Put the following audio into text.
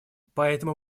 поэтому